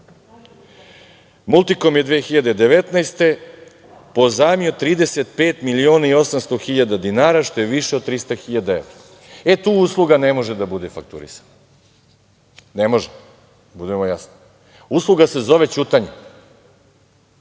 godine pozajmio 35 miliona i 800 hiljada dinara, što je više od 300.000 evra. E, tu usluga ne može da bude fakturisana. Ne može, da budemo jasni. Usluga se zove ćutanje,